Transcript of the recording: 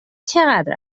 چقدر